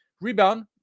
Rebound